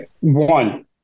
One